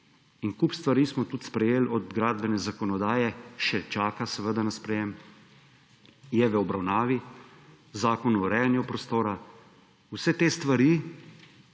En kup stvari smo tudi sprejeli od gradbene zakonodaje – še čaka seveda na sprejem, je v obravnavi Zakon o urejanju prostora. Vse te stvari